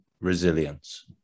Resilience